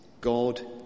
God